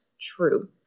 true